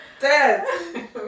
dead